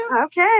okay